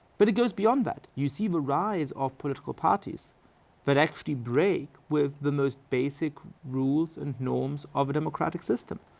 but it goes beyond that. you see the rise of political parties that actually break with the most basic rules and norms of a democratic system.